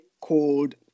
called